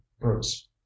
bruce